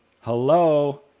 Hello